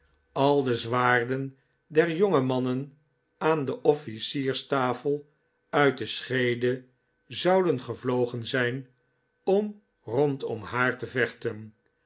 al de zwaarden der jonge mannen aan de officierstafel uit de scheede zouden gevlogen zijn om rondom haar te vechten